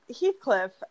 Heathcliff